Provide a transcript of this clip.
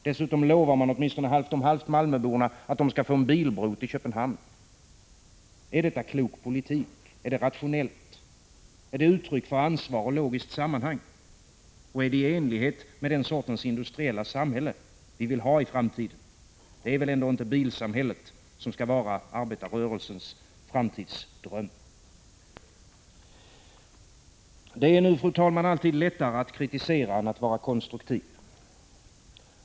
Dessutom lovar man åtminstone halvt om halvt malmöborna att de skall få en bilbro till Köpenhamn. Är detta klok politik? Är det rationellt? Är det uttryck för ansvar och logiskt sammanhang? Och är det i enlighet med den sorts industriella samhälle vi vill ha i framtiden? Det är väl ändå inte bilsamhället som skall vara arbetarrörelsens framtidsdröm. Det är, fru talman, alltid lättare att kritisera än att vara konstruktiv.